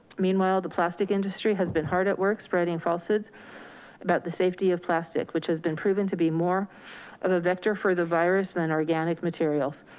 meanwhile, the plastic industry has been hard at work spreading falsehoods about the safety of plastic, which has been proven to be more of a vector for the virus than organic materials.